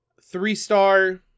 three-star